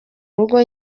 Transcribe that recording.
rugo